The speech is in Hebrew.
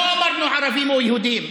לא אמרנו ערבים או יהודים,